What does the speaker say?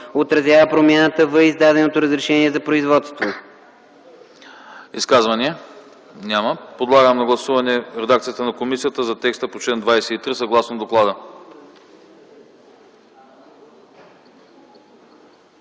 отразява промяната в издаденото разрешение за производство.”